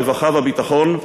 הרווחה והביטחון,